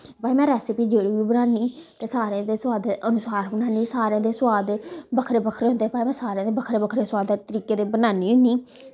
भाई मैं रैसिपि जेह्ड़ी बी बनानी ते सारें दे सोआदा दे अनुसार बनानी सारें दे सोआद बक्खरे बक्खरे होंदे भाई में सारें दे बक्खरे बक्खरे सोआदा दे तरीके दे बनान्नी होन्नी